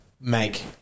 make